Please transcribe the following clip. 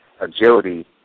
agility